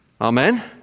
Amen